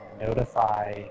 notify